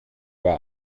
war